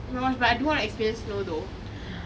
oh my gosh but I do want to experience snow though